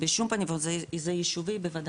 זה יישובי בוודאי.